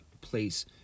place